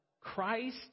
Christ